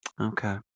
Okay